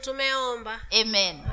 Amen